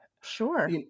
sure